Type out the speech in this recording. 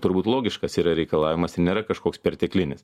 turbūt logiškas yra reikalavimas ir nėra kažkoks perteklinis